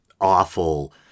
awful